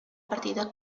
partida